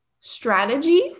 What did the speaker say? strategy